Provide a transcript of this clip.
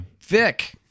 Vic